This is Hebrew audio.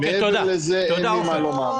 מעבר לזה אין לי מה לומר.